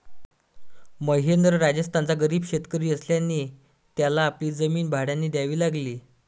महेंद्र राजस्थानचा गरीब शेतकरी असल्याने त्याला आपली जमीन भाड्याने द्यावी लागली